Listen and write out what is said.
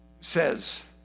says